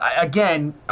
again